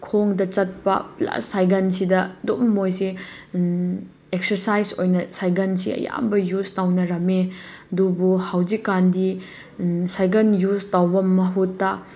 ꯈꯣꯡꯅ ꯆꯠꯄ ꯄ꯭ꯂꯁ ꯁꯥꯏꯀꯜꯁꯤꯗ ꯑꯗꯨꯝ ꯃꯣꯏꯁꯦ ꯑꯦꯛꯁꯔꯁꯥꯏꯁ ꯑꯣꯏꯅ ꯁꯥꯏꯀꯜꯁꯦ ꯑꯌꯥꯝꯕ ꯌꯨꯁ ꯇꯧꯅꯔꯝꯃꯤ ꯑꯗꯨꯕꯨ ꯍꯧꯖꯤꯛ ꯀꯥꯅꯗꯤ ꯁꯥꯏꯒꯟ ꯌꯨꯁ ꯇꯧꯕꯒꯤ ꯃꯍꯨꯠꯇ